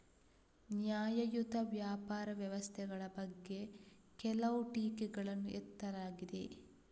ನ್ಯಾಯಯುತ ವ್ಯಾಪಾರ ವ್ಯವಸ್ಥೆಗಳ ಬಗ್ಗೆ ಕೆಲವು ಟೀಕೆಗಳನ್ನು ಎತ್ತಲಾಗಿದೆ